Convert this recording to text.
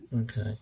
Okay